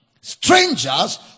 Strangers